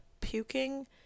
puking